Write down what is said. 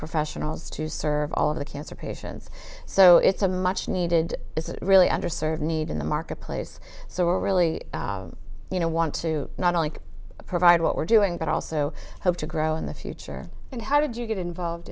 professionals to serve all of the cancer patients so it's a much needed is a really under served need in the marketplace so we're really you know want to not only provide what we're doing but also hope to grow in the future and how did you get involved